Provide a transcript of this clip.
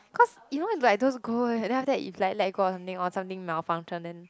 cause you know it's like those go then after that it's like let go or something or something malfunction then